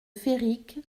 féric